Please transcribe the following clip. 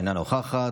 אינה נוכחת,